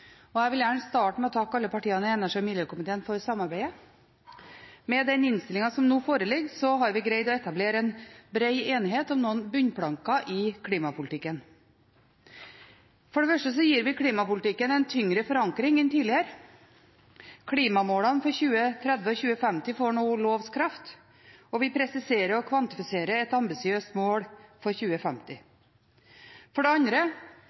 og jeg vil gjerne starte med å takke alle partiene i energi- og miljøkomiteen for samarbeidet. Med den innstillingen som nå foreligger, har vi greid å etablere en bred enighet om noen bunnplanker i klimapolitikken. For det første gir vi klimapolitikken en tyngre forankring enn tidligere. Klimamålene for 2030 og 2050 får nå lovs kraft, og vi presiserer og kvantifiserer et ambisiøst mål for 2050. For det andre